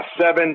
seven